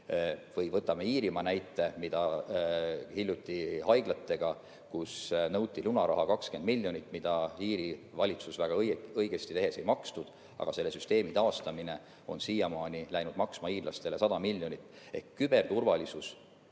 Või võtame Iirimaa näite. Hiljuti nõuti haiglatelt lunaraha 20 miljonit, mida Iiri valitsus väga õigesti tehes ei maksnud, aga selle süsteemi taastamine on siiamaani läinud iirlastele maksma 100 miljonit.